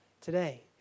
today